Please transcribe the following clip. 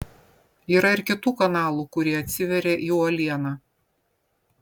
yra ir kitų kanalų kurie atsiveria į uolieną